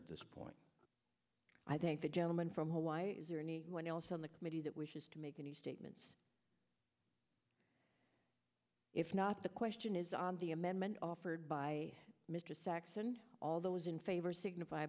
at this point i thank the gentleman from hawaii is there any one else on the committee that wishes to make any statements if not the question is on the amendment offered by mr saxon all those in favor signify